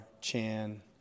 Chan